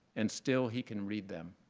and still, he can read them.